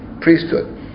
priesthood